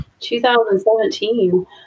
2017